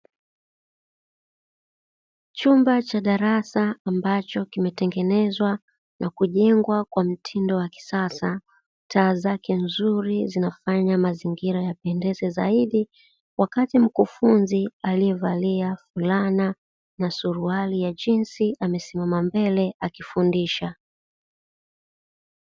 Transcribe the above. Chumba cha darasa ambacho kimetengenezwa na kujengwa kwa mtindo wa kisasa taa zake nzuri zinafanya mazingira yapendeza zaidi, wakati mkufunzi aliyevalia fulana na suruali ya jinsi amesimama mbele akifundisha.